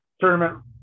tournament